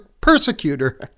persecutor